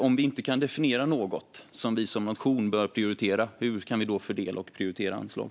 Om vi inte kan definiera något som vi som nation bör prioritera, hur kan vi då fördela och prioritera anslag?